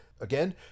again